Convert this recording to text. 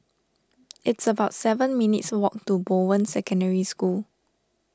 it's about seven minutes' walk to Bowen Secondary School